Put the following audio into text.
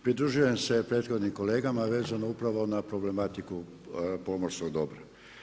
Pridružujem se prethodnim kolegama vezano upravo na problematiku pomorskog dobra.